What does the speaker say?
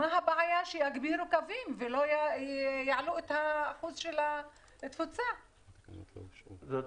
מה הבעיה להגביר קווים כדי שאחוז התפוסה לא יעלה?